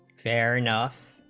fair enough